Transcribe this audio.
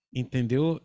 entendeu